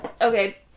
Okay